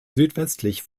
südwestlich